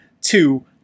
two